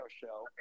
show